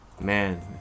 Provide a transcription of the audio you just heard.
man